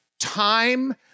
Time